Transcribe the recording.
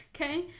Okay